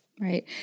Right